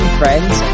friends